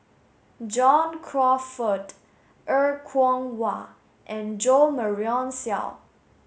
John Crawfurd Er Kwong Wah and Jo Marion Seow